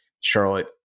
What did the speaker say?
Charlotte